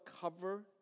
cover